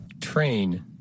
train